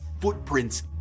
footprints